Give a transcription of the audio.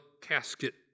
casket